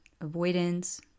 avoidance